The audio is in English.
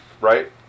right